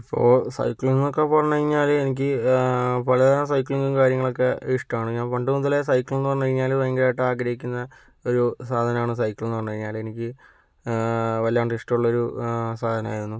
ഇപ്പോൾ സൈക്കിൾ എന്നൊക്കെ പറഞ്ഞ് കഴിഞ്ഞാല് എനിക്ക് പലതരം സൈക്കിളിങ്ങും കാര്യങ്ങളൊക്കെ ഇഷ്ടമാണ് ഞാൻ പണ്ട് മുതലേ സൈക്കിൾ എന്ന് പറഞ്ഞു കഴിഞ്ഞാൽ ഭയങ്കരമായിട്ട് ആഗ്രഹിക്കുന്ന ഒരു സൈക്കിൾ എന്നു പറഞ്ഞു കഴിഞ്ഞാൽ എനിക്ക് വല്ലാണ്ട് ഇഷ്ടമുള്ളൊരു സാധനം ആയിരുന്നു